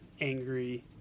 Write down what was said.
angry